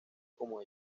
como